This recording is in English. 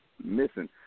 missing